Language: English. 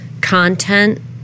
content